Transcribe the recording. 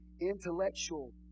intellectual